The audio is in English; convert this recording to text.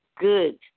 good